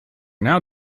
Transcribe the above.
now